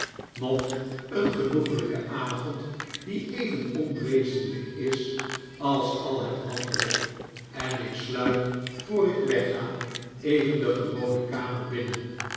nog een genoeglijke avond die even onwezenlijk is als al het andere en ik sluip voor ik wegga even de gewone kamer binnen